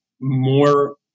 more